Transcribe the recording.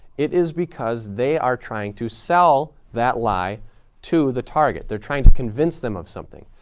it is because they are trying to sell that lie to the target, they're trying to convince them of something.